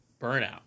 Burnout